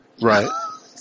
Right